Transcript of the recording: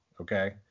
Okay